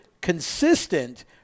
consistent